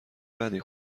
بدی